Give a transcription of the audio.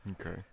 okay